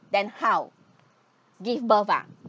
then how give birth ah